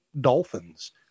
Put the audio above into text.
Dolphins